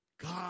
God